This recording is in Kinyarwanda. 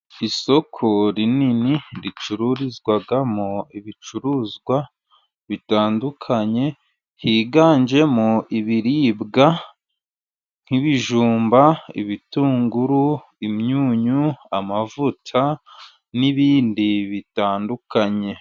Isoko rinini, ricururizwamo ibicuruzwa bitandukanye higanjemo ibiribwa: nk'ibijumba, ibitunguru, imyunyu, amavuta n'ibindi bitandukanye.